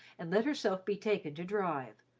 and let herself be taken to drive,